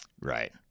Right